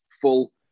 full